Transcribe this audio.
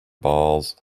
balls